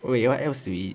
wait what else to eat